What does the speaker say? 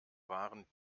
waren